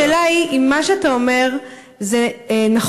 השאלה היא אם מה שאתה אומר זה נכון,